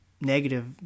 negative